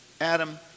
Adam